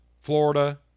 Florida